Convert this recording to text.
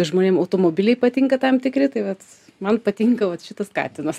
žmonėms automobiliai patinka tam tikri tai vat man patinka vat šitas katinas